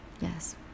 yes